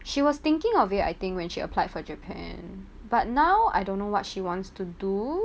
she was thinking of it I think when she applied for japan but now I don't know what she wants to do